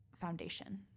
foundation